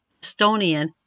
Estonian